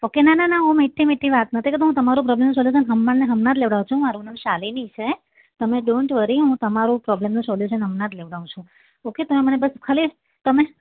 okay ના ના ના હું મીઠી મીઠી વાત નથી કરતી હું તમારું પ્રોબ્લેમનો સોલ્યુશન હમણાંને હમણાં જ લેવડાવું છું મારું નામ શાલિની છે તમે ડોન્ટ વરી હું તમારું પ્રોબ્લેમનું સોલ્યુશન હમણાં જ લેવડાવું છું ઓકે તમે મને બસ ખાલી તમે